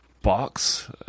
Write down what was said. box